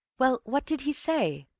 well, what did he say?